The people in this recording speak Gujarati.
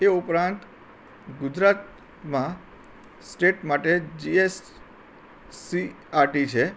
એ ઉપરાંત ગુજરાતમાં સ્ટેટ માટે જીએસસીઆરટી છે